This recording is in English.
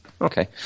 Okay